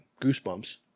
goosebumps